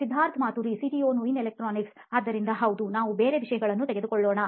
Siddharth Maturi CEO ನೋಯಿನ್ electronics ಆದ್ದರಿಂದ ಹೌದು ನಾವು ಬೇರೆ ವಿಷಯಗಳನ್ನೂ ತೆಗೆದುಕೊಳ್ಳೋಣ